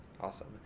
Awesome